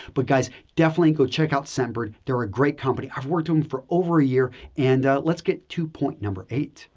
but, guys definitely go check out scentbird, they're a great company. i've worked with them for over a year and let's get to point number eight.